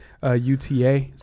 UTA